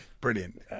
Brilliant